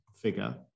figure